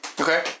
okay